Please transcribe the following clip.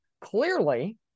Clearly